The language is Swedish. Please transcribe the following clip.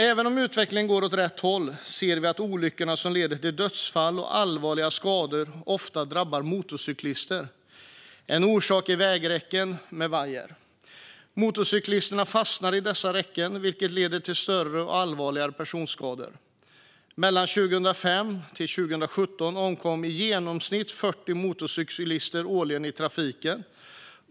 Även om utvecklingen går åt rätt håll ser vi att olyckor som leder till dödsfall och allvarliga skador ofta drabbar motorcyklister. En orsak är vägräcken med vajer. Motorcyklister fastnar i dessa räcken, vilket leder till större och allvarligare personskador. Mellan 2005 och 2017 omkom i genomsnitt 40 motorcyklister per år i trafiken.